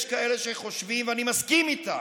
יש כאלה שחושבים, ואני מסכים איתם,